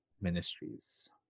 ministries